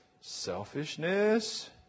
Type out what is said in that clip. selfishness